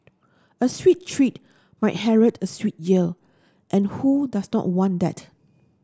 a sweet treat might herald a sweet year and who does not want that